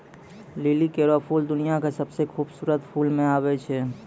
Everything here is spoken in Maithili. लिली केरो फूल दुनिया क सबसें खूबसूरत फूल म आबै छै